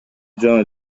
жана